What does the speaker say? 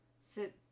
sit